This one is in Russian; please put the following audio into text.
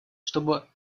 чтобы